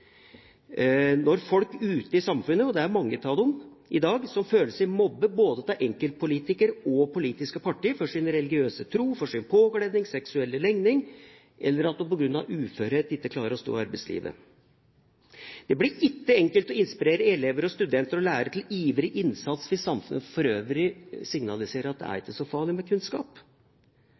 når folk ute i samfunnet – og det er mange av dem i dag – føler seg mobbet både av enkeltpolitikere og politiske partier for sin religiøse tro, for sin påkledning, for sin seksuelle legning, eller at de på grunn av uførhet ikke klarer å stå i arbeidslivet. Det blir ikke enkelt å inspirere elever, studenter og lærere til ivrig innsats hvis samfunnet for øvrig signaliserer at det ikke er så farlig med kunnskap.